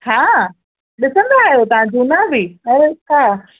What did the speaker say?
हा ॾिसंदा आहियो तव्हां झूना बि अरे छा